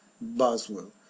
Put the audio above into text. Boswell